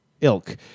ilk